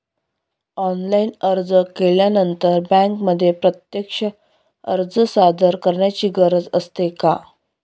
Online अर्ज केल्यानंतर बँकेमध्ये प्रत्यक्ष अर्ज सादर करायची गरज असते का?